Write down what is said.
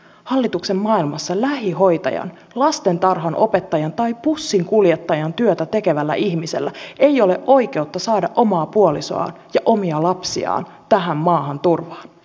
hallituksen maailmassa lähihoitajan lastentarhanopettajan tai bussinkuljettajan työtä tekevällä ihmisellä ei ole oikeutta saada omaa puolisoaan ja omia lapsiaan tähän maahan turvaan